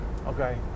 Okay